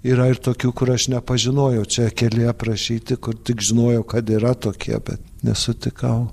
yra ir tokių kur aš nepažinojau čia keli aprašyti kur tik žinojau kad yra tokie bet nesutikau